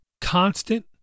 constant